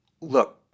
Look